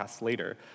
later